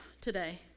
today